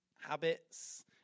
habits